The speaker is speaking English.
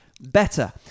better